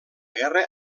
guerra